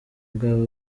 bwaba